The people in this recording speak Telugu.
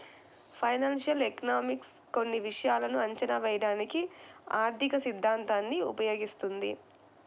ఫైనాన్షియల్ ఎకనామిక్స్ కొన్ని విషయాలను అంచనా వేయడానికి ఆర్థికసిద్ధాంతాన్ని ఉపయోగిస్తుంది